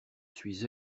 suis